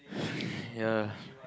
ya